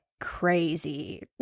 crazy